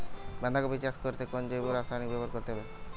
বাঁধাকপি চাষ করতে কোন জৈব রাসায়নিক ব্যবহার করতে হবে?